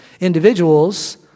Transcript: Individuals